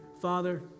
Father